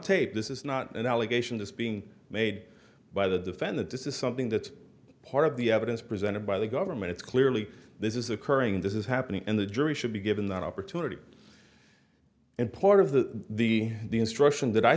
tape this is not an allegation that's being made by the defendant does this something that's part of the evidence presented by the government it's clearly this is occurring this is happening in the jury should be given that opportunity and part of the the the instruction that i